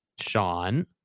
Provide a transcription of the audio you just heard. sean